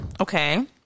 Okay